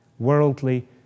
Worldly